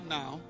now